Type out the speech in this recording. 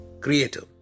Creator